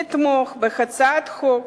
לתמוך בהצעת חוק